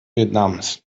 vietnams